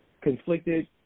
conflicted